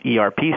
ERP